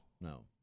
No